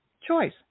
choice